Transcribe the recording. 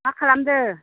मा खालामदों